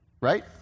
right